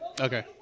Okay